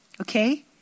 Okay